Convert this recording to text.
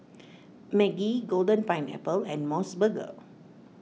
Maggi Golden Pineapple and Mos Burger